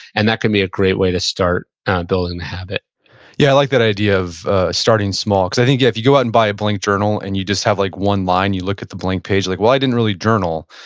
and that can be a great way to start building the habit yeah, i like that idea of starting small. because i think if you go out and buy a blank journal, and you just have like one line, you look at the blank page like, well, i didn't really journal.